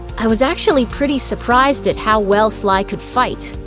i was actually pretty surprised at how well sly could fight.